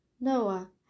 Noah